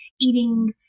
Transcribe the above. eating